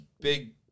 big